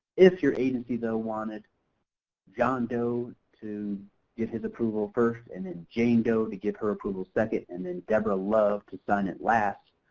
if your agency though wanted john doe to give his approval first and then jane doe to give her approval second and then deborah love to sign it last,